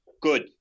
good